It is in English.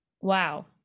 Wow